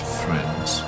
friends